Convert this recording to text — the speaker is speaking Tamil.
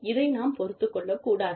இதை நாம் பொறுத்துக்கொள்ளக்கூடாது